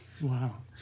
Wow